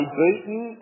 beaten